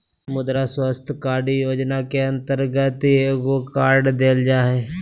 मुद्रा स्वास्थ कार्ड योजना के अंतर्गत एगो कार्ड देल जा हइ